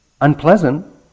Unpleasant